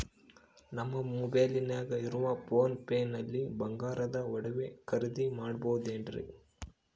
ನಮ್ಮ ಮೊಬೈಲಿನಾಗ ಇರುವ ಪೋನ್ ಪೇ ನಲ್ಲಿ ಬಂಗಾರದ ಒಡವೆ ಖರೇದಿ ಮಾಡಬಹುದೇನ್ರಿ?